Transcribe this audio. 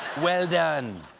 well done.